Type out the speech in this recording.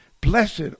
Blessed